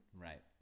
Right